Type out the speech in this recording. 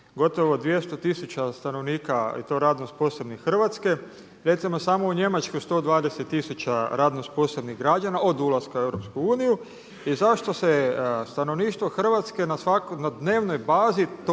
gotovo 200 tisuća stanovnika i to radno sposobnih Hrvatske. Recimo samo u Njemačku 120 tisuća radno sposobnih građana, od ulaska u EU. I zašto se stanovništvo Hrvatske na dnevnoj bazi